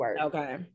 okay